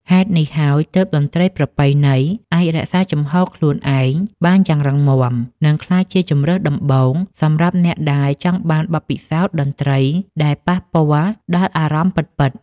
ហេតុនេះហើយ ទើបតន្ត្រីប្រពៃណី អាចរក្សាជំហរខ្លួនឯងបានយ៉ាងរឹងមាំ និងក្លាយជាជម្រើសដំបូងសម្រាប់អ្នកដែលចង់បានបទពិសោធន៍តន្ត្រីដែលប៉ះពាល់ដល់អារម្មណ៍ពិតៗ។